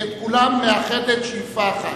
את כולם מאחדת שאיפה אחת: